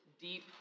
deep